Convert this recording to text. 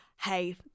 Hey